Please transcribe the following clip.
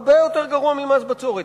זה הרבה יותר גרוע ממס בצורת.